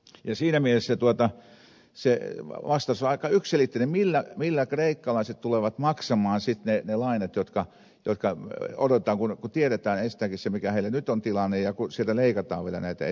siinä mielessä vastaus on aika yksiselitteinen millä kreikkalaiset tulevat maksamaan ne lainat jotka otetaan kun tiedetään enstäinkin se mikä heillä nyt on tilanne ja kun sieltä vielä leikataan etuisuuksia